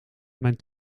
mijn